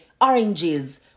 oranges